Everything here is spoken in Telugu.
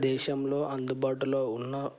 దేశంలో అందుబాటులో ఉన్న